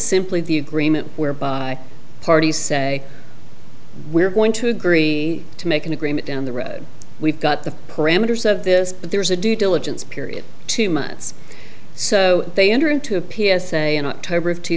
simply the agreement whereby parties say we're going to agree to make an agreement down the road we've got the parameters of this but there's a due diligence period two months so they enter into a p s a in october of two